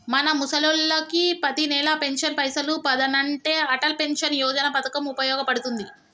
మన ముసలోళ్ళకి పతినెల పెన్షన్ పైసలు పదనంటే అటల్ పెన్షన్ యోజన పథకం ఉపయోగ పడుతుంది